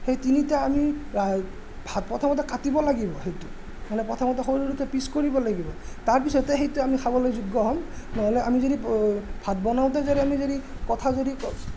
সেই তিনিটা আমি প্ৰথমতে কাটিব লাগিব সেইটো মানে প্ৰথমতে সৰু সৰুকৈ পিচ কৰিব লাগিব তাৰপিছতে সেইটো আমি খাবলৈ যোগ্য হ'ম নহ'লে আমি যদি ভাত বনাওঁতে যদি আমি যদি কথা যদি